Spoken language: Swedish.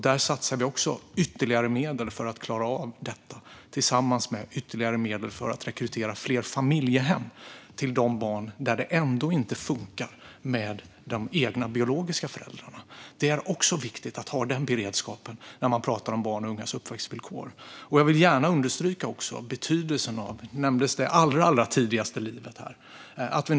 Vi satsar ytterligare medel för att klara av detta och ytterligare medel för att rekrytera fler familjehem till de barn där det ändå inte funkar med de egna biologiska föräldrarna. Det är också viktigt att ha den beredskapen när man pratar om barns och ungas uppväxtvillkor. Jag vill också gärna understryka betydelsen av det allra tidigaste livet, vilket nämndes här.